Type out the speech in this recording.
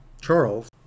Charles